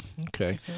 Okay